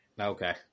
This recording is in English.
Okay